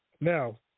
now